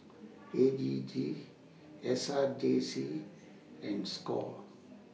A G G S R J C and SCORE